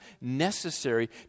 necessary